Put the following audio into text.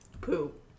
Poop